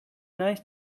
nice